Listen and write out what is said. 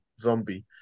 zombie